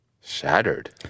Shattered